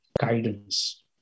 guidance